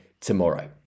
tomorrow